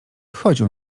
chodził